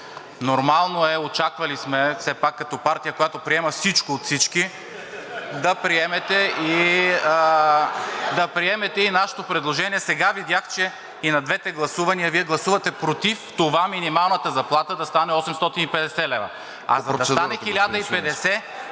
Нормално е, очаквали сме все пак като партия, която приема всичко от всички (смях), да приемете и нашето предложение. Сега видях, че и на двете гласувания Вие гласувате против това минималната заплата да стане 850 лв. ПРЕДСЕДАТЕЛ РОСЕН